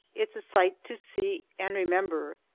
it is a sight to see and remember.